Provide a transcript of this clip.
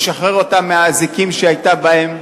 ישחרר אותה מהאזיקים שהיא היתה בהם.